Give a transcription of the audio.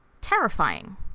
terrifying